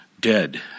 dead